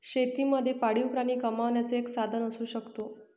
शेती मध्ये पाळीव प्राणी कमावण्याचं एक साधन असू शकतो